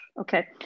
Okay